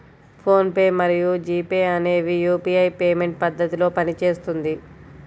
phone pay మరియు G Pay అనేవి UPI payment పద్ధతిలో పనిచేస్తుంది